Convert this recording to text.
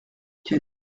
qu’un